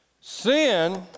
Sin